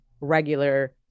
regular